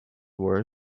war